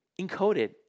Encoded